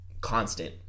constant